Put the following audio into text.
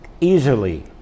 easily